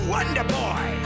Wonderboy